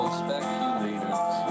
speculators